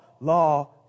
Law